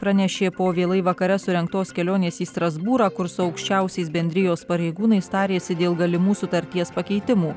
pranešė po vėlai vakare surengtos kelionės į strasbūrą kur su aukščiausiais bendrijos pareigūnais tarėsi dėl galimų sutarties pakeitimų